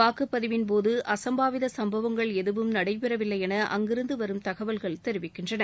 வாக்குப்பதிவின் போது அசும்பாவித சம்பவங்கள் எதுவும் நடைபெறவில்லை என அங்கிருந்து வரும் தகவல்கள் தெரிவிக்கின்றன